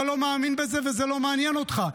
אתה לא מאמין בזה וזה לא מעניין אותך.